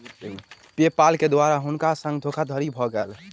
पे पाल के द्वारा हुनका संग धोखादड़ी भ गेल